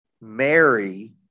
Mary